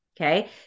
Okay